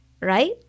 right